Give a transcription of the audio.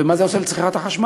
ומה זה עושה לצריכת החשמל.